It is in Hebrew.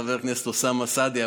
חבר הכנסת אוסאמה סעדי,